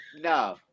No